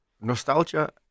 nostalgia